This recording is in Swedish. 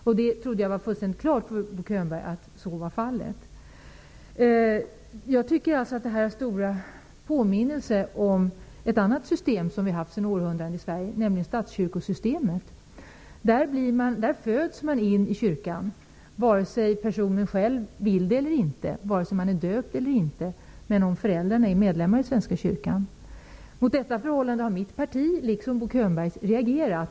Jag trodde att det var helt klart för Bo Könberg att så var fallet. Jag tycker att det här i stora drag påminner om ett annat system som vi har haft i Sverige sedan flera århundraden tillbaka, nämligen statskyrkosystemet. Om ens föräldrar är medlemmar i svenska kyrkan föds man in i kyrkan oavsett om man själv vill det eller inte och oavsett om man är döpt eller inte. Detta förhållande har mitt parti liksom Bo Holmbergs parti reagerat på.